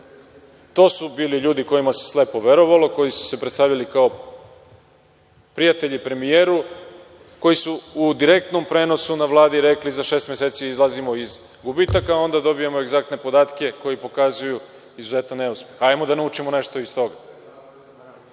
su bili ljudi kojima se slepo verovalo, koji su se predstavljali kao prijatelji premijera, koji su u direktnom prenosu na Vladi rekli – za šest meseci izlazimo iz gubitaka, a onda dobijamo egzaktne podatke koji pokazuju izuzetan neuspeh. Hajmo da naučimo nešto iz toga.